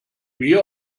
mir